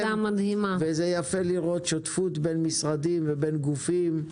יפה לראות שותפות בין משרדים, בין גופים,